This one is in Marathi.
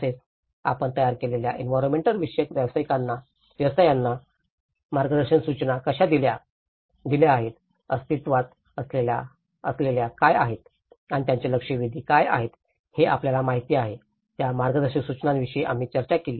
तसेच आपण तयार केलेल्या एंवीरोन्मेन्ट विषयक व्यवसायांना मार्गदर्शक सूचना कशा दिल्या आहेत अस्तित्त्वात असलेल्या काय आहेत आणि त्यांचे लक्षवेधी काय आहेत हे आपल्याला माहिती आहे त्या मार्गदर्शक सूचनांविषयी आम्ही चर्चा केली